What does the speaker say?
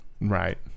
Right